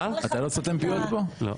לא.